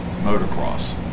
motocross